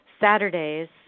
Saturdays